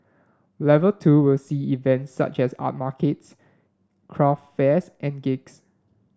level two will see events such as art markets craft fairs and gigs